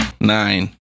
Nine